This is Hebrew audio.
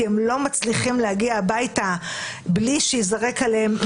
כי הם לא מצליחים להגיע הביתה בלי שייזרק עליהם משהו,